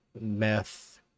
meth